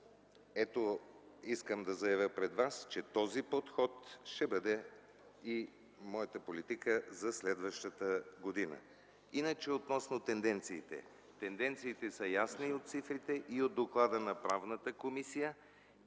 Искам да заявя пред вас, че този подход ще бъде и моята политика за следващата година. Относно тенденциите. Тенденциите са ясни от цифрите и от доклада на Правната комисия.